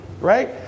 right